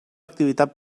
activitat